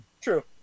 True